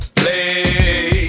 play